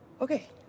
Okay